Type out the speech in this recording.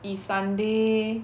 if sunday